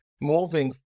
moving